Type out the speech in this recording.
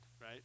right